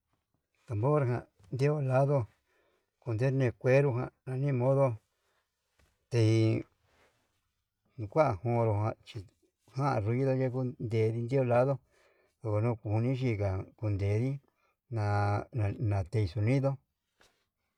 Tambor ján iho lado kondene cuero jan anima modo te nuu kuan mondojan chí jan arrollo ndeyekon ndediyo'o lado, onró kuni yengan kundedi na na'a ke sonido.